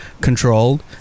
controlled